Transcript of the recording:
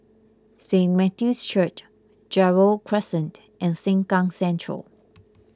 Saint Matthew's Church Gerald Crescent and Sengkang Central